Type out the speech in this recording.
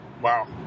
Wow